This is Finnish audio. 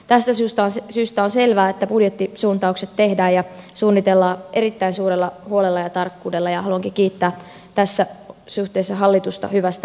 tästä syystä on selvää että budjettisuuntaukset tehdään ja suunnitellaan erittäin suurella tarkkuudella ja huolella ja haluankin kiittää tässä suhteessa hallitusta hyvästä valmistelusta